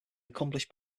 accomplished